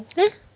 !huh!